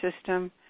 system